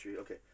Okay